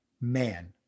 man